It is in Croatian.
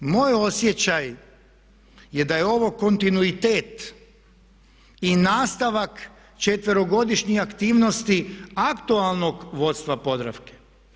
Moj osjećaj je da je ovo kontinuitet i nastavak 4-godišnjih aktivnosti aktualnog vodstva Podravke.